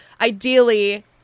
Ideally